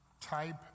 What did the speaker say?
type